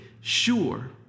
sure